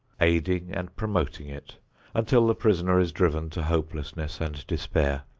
aiding and promoting it until the prisoner is driven to hopelessness and despair.